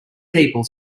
people